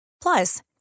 Plus